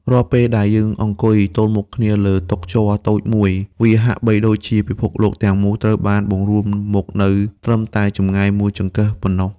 រាល់ពេលដែលយើងអង្គុយទល់មុខគ្នាលើតុជ័រតូចមួយ វាហាក់បីដូចជាពិភពលោកទាំងមូលត្រូវបានបង្រួមមកនៅត្រឹមតែចម្ងាយមួយចង្កឹះប៉ុណ្ណោះ។